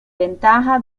ventaja